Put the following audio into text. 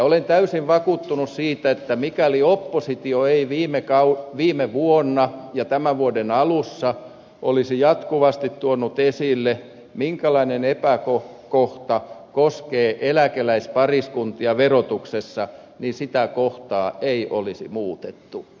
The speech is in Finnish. olen täysin vakuuttunut siitä että mikäli oppositio ei viime vuonna ja tämän vuoden alussa olisi jatkuvasti tuonut esille minkälainen epäkohta koskee eläkeläispariskuntia verotuksessa niin sitä kohtaa ei olisi muutettu